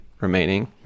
remaining